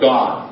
God